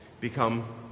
become